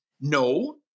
no